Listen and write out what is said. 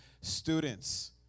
students